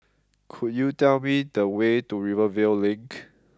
could you tell me the way to Rivervale Link